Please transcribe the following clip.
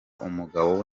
umugabo